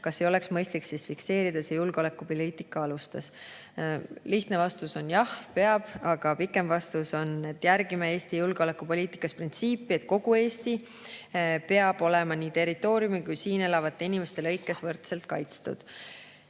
kas ei oleks siis mõistlik fikseerida see julgeolekupoliitika alustes?" Lihtne vastus on, et jah, peab. Aga pikem vastus on, et järgime Eesti julgeolekupoliitikas printsiipi, et kogu Eesti peab olema nii territooriumi kui ka siin elavate inimeste lõikes võrdselt kaitstud.